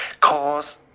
cause